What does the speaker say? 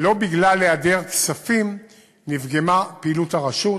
לא בגלל היעדר כספים נפגמה פעילות הרשות,